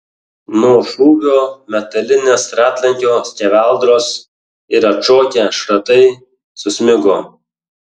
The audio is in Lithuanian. nuo šūvio metalinės ratlankio skeveldros ir atšokę šratai susmigo